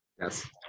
yes